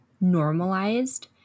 normalized